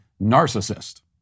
narcissist